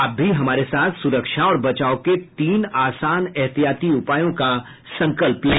आप भी हमारे साथ सुरक्षा और बचाव के तीन आसान एहतियाती उपायों का संकल्प लें